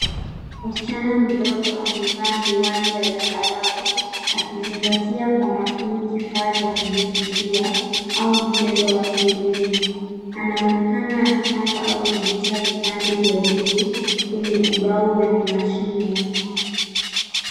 Msichana mdogo amevaa miwani ya zambarau akizingatia kwa makini kifaa cha kujifunzia au mchezo wa kielimu anaonekana akipanga au kugusa vipande vya buluu kwenye ubao wenye mashimo.